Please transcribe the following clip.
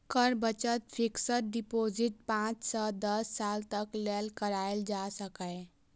कर बचत fixed deposit पांच सं दस साल तक लेल कराएल जा सकैए